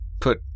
Put